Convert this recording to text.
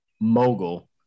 mogul